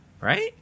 Right